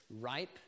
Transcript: ripe